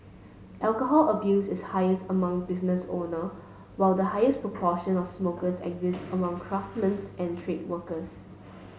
alcohol abuse is highest among business owner while the highest proportion of smokers exists among and trade workers